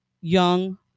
young